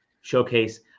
showcase